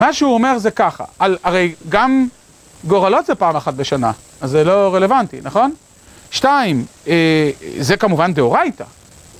מה שהוא אומר זה ככה, הרי גם גורלות זה פעם אחת בשנה, אז זה לא רלוונטי, נכון? שתיים, זה כמובן דאורייתא,